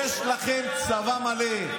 יש לכם צבא מלא.